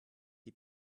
die